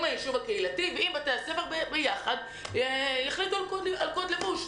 הישוב הקהילתי ועם בתי הספר ביחד יחליטו על קוד לבוש.